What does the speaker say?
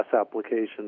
applications